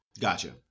Gotcha